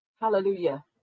hallelujah